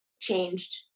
changed